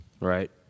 Right